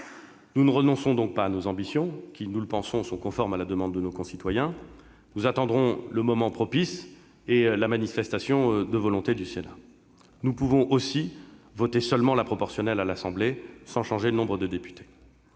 Nous ne renonçons pas à nos ambitions, qui, nous le pensons, sont conformes à la demande de nos concitoyens. Nous attendrons le moment propice et la manifestation de volonté du Sénat. Nous pouvons aussi voter seulement l'instauration de la proportionnelle à l'Assemblée nationale, sans changer le nombre des députés.